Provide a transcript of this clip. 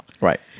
Right